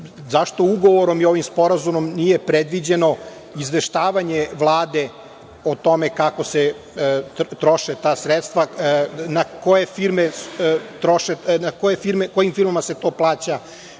zašto ugovorom i ovim sporazumom nije predviđeno izveštavanje Vlade o tome kako se troše ta sredstva, kojim firmama se to plaća,